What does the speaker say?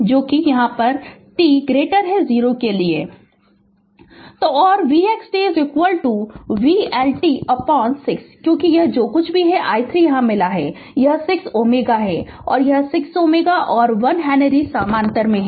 Refer Slide Time 2131 तो और ix t vLt6 क्योंकि यह जो कुछ भी i 3 मिला यह 6 Ω है और यह 6 Ω और 1 हेनरी समानांतर में हैं